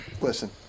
listen